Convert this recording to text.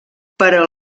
però